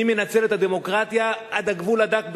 מי מנצל את הדמוקרטיה עד הגבול הדק ביותר.